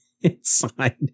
inside